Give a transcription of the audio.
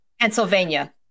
Pennsylvania